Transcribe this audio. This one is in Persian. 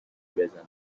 بزنم